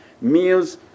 meals